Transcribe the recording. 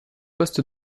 poste